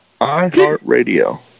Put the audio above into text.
iHeartRadio